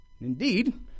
Indeed